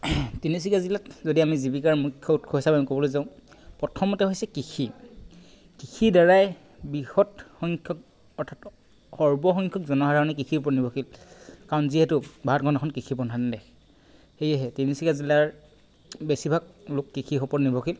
তিনিচুকীয়া জিলাত যদি আমি জীৱিকাৰ মুখ্য উৎস হিচাপে যদি আমি ক'বলৈ যাওঁ প্ৰথমতে হৈছে কৃষি কৃষি দ্বাৰাই বৃহৎ সংখ্যক অৰ্থাৎ সৰ্বসংখ্যক জনসাধাৰণে কৃষিৰ ওপৰত নিৰ্ভৰশীল কাৰণ যিহেতু ভাৰত হ'ল এখন কৃষি প্ৰধান দেশ সেয়েহে তিনিচুকীয়া জিলাৰ বেছিভাগ লোক কৃষিৰ ওপৰত নিৰ্ভৰশীল